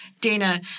dana